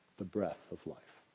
the breath of life.